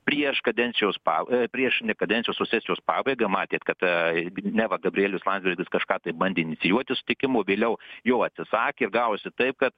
prieš kadencijos pab prieš kadencijos o sesijos pabaigą matėt kad neva gabrielius landsbergis kažką tai bandė inicijuoti sutikimu vėliau jau atsisakė ir gavosi taip kad